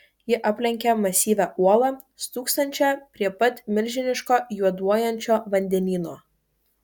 ji aplenkė masyvią uolą stūksančią prie pat milžiniško juoduojančio vandenyno